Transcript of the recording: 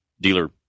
dealer